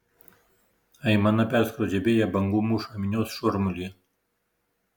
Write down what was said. aimana perskrodžia vėją bangų mūšą minios šurmulį